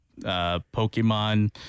Pokemon